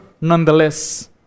nonetheless